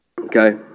Okay